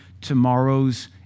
tomorrow's